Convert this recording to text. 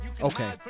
okay